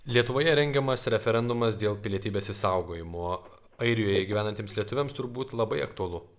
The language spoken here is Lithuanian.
lietuvoje rengiamas referendumas dėl pilietybės išsaugojimo airijoje gyvenantiems lietuviams turbūt labai aktualu